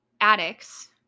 addicts